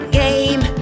game